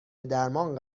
درمان